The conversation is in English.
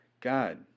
God